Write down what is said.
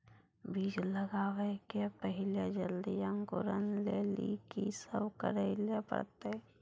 बीज लगावे के पहिले जल्दी अंकुरण लेली की सब करे ले परतै?